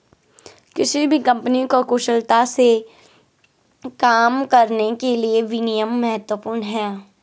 किसी भी कंपनी को कुशलता से काम करने के लिए विनियम महत्वपूर्ण हैं